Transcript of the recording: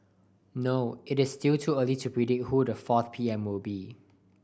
no it is still too early to predict who the fourth P M will be